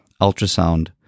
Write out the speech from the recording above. ultrasound